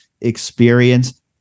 experience